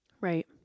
Right